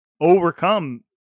overcome